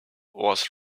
was